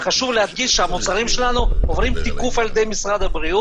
וחשוב להדגיש שהמוצרים שלנו עוברים תיקוף על-ידי משרד הבריאות